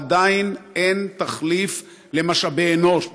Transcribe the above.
עדיין אין תחליף למשאבי אנוש,